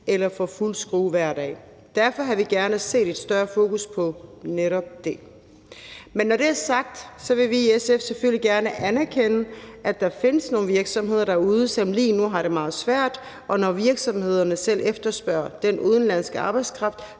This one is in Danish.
eller for fuld skrue hver dag. Derfor havde vi gerne set et større fokus på netop det. Men når det er sagt, vil vi i SF selvfølgelig gerne anerkende, at der findes nogle virksomheder derude, som lige nu har det meget svært, og når virksomhederne selv efterspørger den udenlandske arbejdskraft,